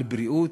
על בריאות,